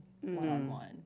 one-on-one